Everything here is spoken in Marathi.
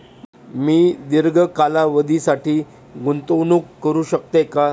मी दीर्घ कालावधीसाठी गुंतवणूक करू शकते का?